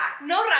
No